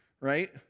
right